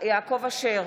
יעקב אשר,